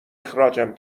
اخراجم